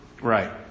Right